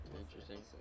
Interesting